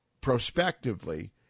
prospectively